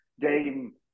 game